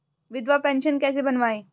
विधवा पेंशन कैसे बनवायें?